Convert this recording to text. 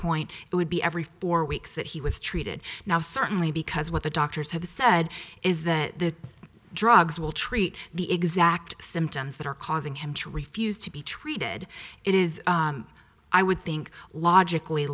point it would be every four weeks that he was treated now certainly because what the doctors have said is that the drugs will treat the exact symptoms that are causing him to refuse to be treated it is i would think logically